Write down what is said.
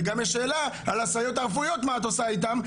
וגם יש שאלה על הסייעות הרפואיות מה את עושה איתן?